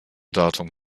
datum